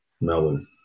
Melbourne